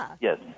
Yes